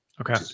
okay